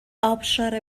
آبشار